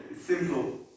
Simple